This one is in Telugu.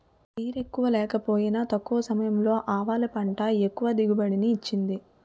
నీరెక్కువ లేకపోయినా తక్కువ సమయంలో ఆవాలు పంట ఎక్కువ దిగుబడిని ఇచ్చింది